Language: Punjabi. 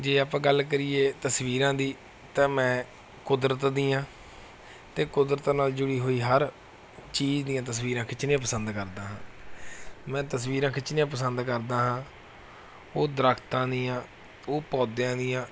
ਜੇ ਆਪਾਂ ਗੱਲ ਕਰੀਏ ਤਸਵੀਰਾਂ ਦੀ ਤਾਂ ਮੈਂ ਕੁਦਰਤ ਦੀਆਂ ਅਤੇ ਕੁਦਰਤ ਨਾਲ ਜੁੜੀ ਹੋਈ ਹਰ ਚੀਜ਼ ਦੀਆਂ ਤਸਵੀਰਾਂ ਖਿੱਚਣੀਆਂ ਪਸੰਦ ਕਰਦਾ ਹਾਂ ਮੈਂ ਤਸਵੀਰਾਂ ਖਿੱਚਣੀਆਂ ਪਸੰਦ ਕਰਦਾ ਹਾਂ ਉਹ ਦਰਖਤਾਂ ਦੀਆਂ ਉਹ ਪੌਦਿਆਂ ਦੀਆਂ